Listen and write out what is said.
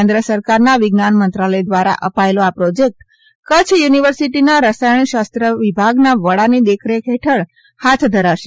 કેન્દ્ર સરકારના વિજ્ઞાન મંત્રાલય દ્વારા અપાયેલો આ પ્રોજેક્ટ કચ્છ યુનિવર્સિટીના રસાયણ શાસ્ત્ર વિભાગના વડાની દેખરેખ હેઠળ હાથ ધરાશે